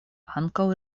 ankaŭ